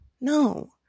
no